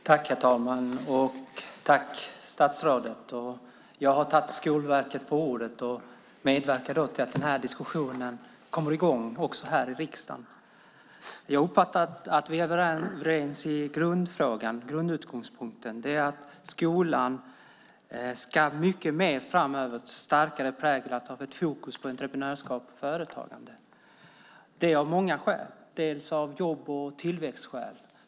Herr talman! Jag tackar statsrådet för svaret. Jag har tagit Skolverket på orden och medverkar således till att diskussionen kommer i gång också här i riksdagen. Jag uppfattar att vi är överens i grundfrågan. Grundutgångspunkten är att skolan framöver mycket starkare ska präglas av ett fokus på entreprenörskap och företagande, av många skäl - bland annat av jobb och tillväxtskäl.